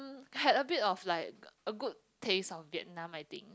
had a bit of like a good taste of Vietnam I think